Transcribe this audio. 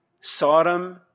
Sodom